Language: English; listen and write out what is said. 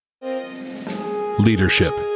Leadership